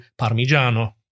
parmigiano